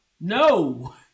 No